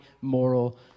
moral